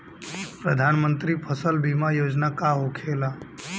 प्रधानमंत्री फसल बीमा योजना का होखेला?